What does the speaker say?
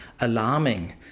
alarming